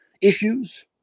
issues